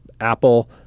Apple